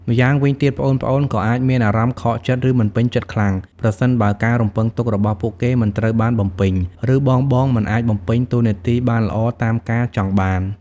ម្យ៉ាងវិញទៀត ប្អូនៗក៏អាចមានអារម្មណ៍ ខកចិត្ត ឬមិនពេញចិត្តខ្លាំង ប្រសិនបើការរំពឹងទុករបស់ពួកគេមិនត្រូវបានបំពេញ ឬបងៗមិនអាចបំពេញតួនាទីបានល្អតាមការចង់បាន។